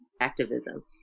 activism